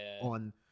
on